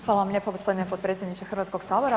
Hvala vam lijepo gospodine potpredsjedniče Hrvatskog sabora.